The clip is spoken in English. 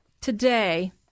today